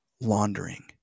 laundering